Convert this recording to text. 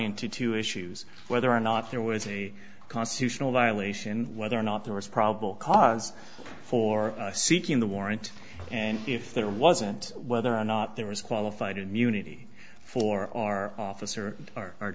into two issues whether or not there was a constitutional violation whether or not there was probable cause for seeking the warrant and if there wasn't whether or not there was qualified immunity for our officer our